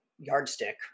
yardstick